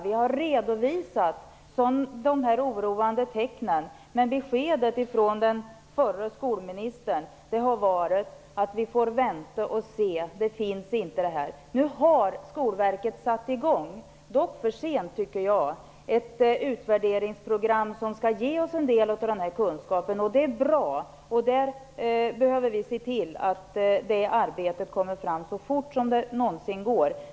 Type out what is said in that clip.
Vi har redovisat dessa oroande tecknen, men beskedet från den förra skolministern har varit att vi får vänta och se. Nu har Skolverket satt i gång - för sent, tycker jag - ett utvärderingsprogram som skall ge oss en del av dessa kunskaper. Det är bra. Vi behöver se till att det arbetet blir klart så fort som det någonsin går.